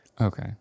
Okay